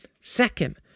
Second